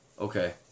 Okay